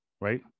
Right